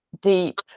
deep